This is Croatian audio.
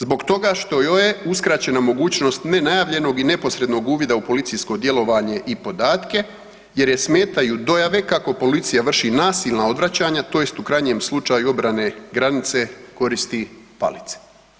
Zbog toga što joj je uskraćena mogućnost nenajavljenog i neposrednog uvida u policijsko djelovanje i podatke jer je smetaju dojave kako policija vrši nasilna odvraćanja, tj. u krajnjem slučaju obrane granice koristi palice.